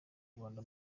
rwanda